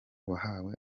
wahawe